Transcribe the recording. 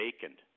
vacant